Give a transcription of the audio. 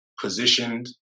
positioned